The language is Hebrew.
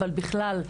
אבל בכלל,